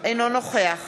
אינו נוכח